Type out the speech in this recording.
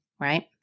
right